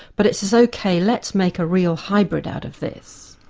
but it says ok, let's make a real hybrid out of this